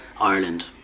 Ireland